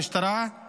והיא נמצאת כרגע בבית